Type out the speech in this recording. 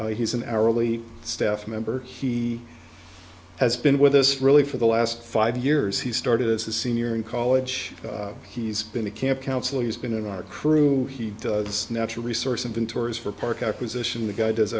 he's an hourly staff member he has been with us really for the last five years he started as a senior in college he's been a camp counselor he's been in our crew he does natural resource inventories for park acquisition the guy does